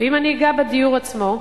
ואם אני אגע בדיור עצמו,